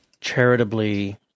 charitably